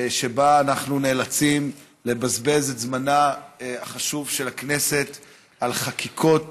שבה אנחנו נאלצים לבזבז את זמנה החשוב של הכנסת על חקיקות